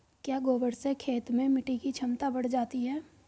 क्या गोबर से खेत में मिटी की क्षमता बढ़ जाती है?